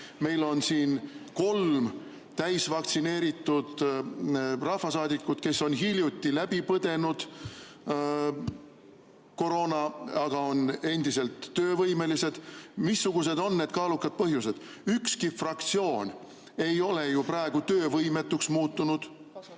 Meil on siin kolm täisvaktsineeritud rahvasaadikut, kes on hiljuti läbi põdenud koroona, aga on endiselt töövõimelised. Missugused on need kaalukad põhjused? Ükski fraktsioon ei ole ju praegu töövõimetuks muutunud.